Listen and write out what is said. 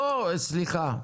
סליחה.